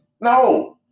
No